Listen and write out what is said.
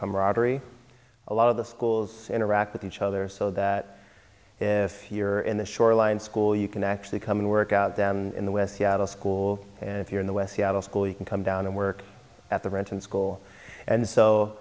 camaraderie a lot of the schools interact with each other so that if you're in the shoreline school you can actually come and work out in the west seattle school and if you're in the west seattle school you can come down and work at the renton school and so